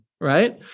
Right